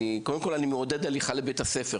אני קודם כל אני מעודד הליכה לבית הספר,